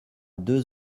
deux